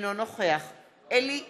אינו נוכח אלי כהן,